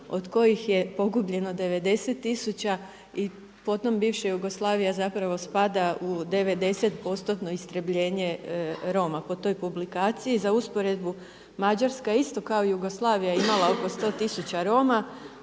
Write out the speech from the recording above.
od kojih je pogubljeno 90 tisuća i potom bivša Jugoslavija zapravo spada u 90%-tno istrebljenje Roma po toj publikaciji. Za usporedbu Mađarska je isto kao Jugoslavija imala oko 100 tisuća Roma